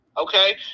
okay